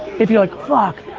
if you're like, fuck,